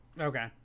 Okay